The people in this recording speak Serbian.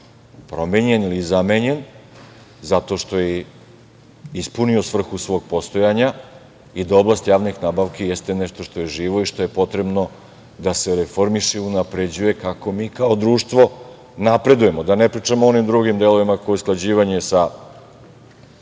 promenjen ili zamenjen, zato što ispunio svrhu svog postojanja i da je oblast javnih nabavki nešto što je živo i što je potrebno da se reformiše i unapređuje kako mi kao društvo napredujemo. Da ne pričam o onim drugim delovima, kao što je usklađivanje sa